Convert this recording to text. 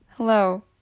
Hello